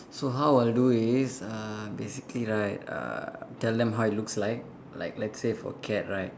so how I'll do is uh basically right uh tell them how it looks like like let's say for cat right